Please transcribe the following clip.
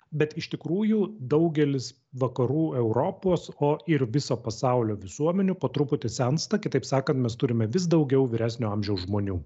bet iš tikrųjų daugelis vakarų europos o ir viso pasaulio visuomenių po truputį sensta kitaip sakant mes turime vis daugiau vyresnio amžiaus žmonių